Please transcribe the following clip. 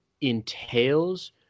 entails